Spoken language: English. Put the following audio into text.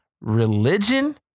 religion